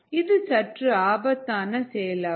இது சற்று ஆபத்தான செயலாகும்